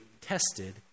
tested